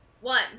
one